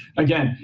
again,